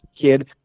kid